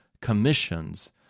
commissions